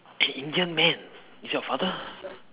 that indian man is your father